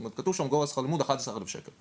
כלומר, כתוב שם גובה שכר לימוד 11,000 שקל.